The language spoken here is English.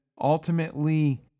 ultimately